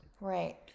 Right